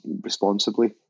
responsibly